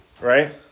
right